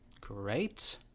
Great